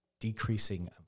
decreasing